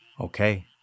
Okay